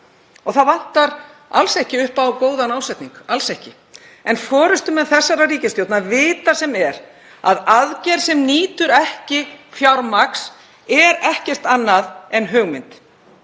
Það vantar alls ekki upp á góðan ásetning, alls ekki. En forystumenn þessarar ríkisstjórnar vita sem er að aðgerð sem nýtur ekki fjármagns er ekkert annað en hugmynd,